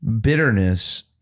bitterness